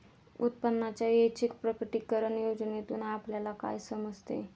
उत्पन्नाच्या ऐच्छिक प्रकटीकरण योजनेतून आपल्याला काय समजते?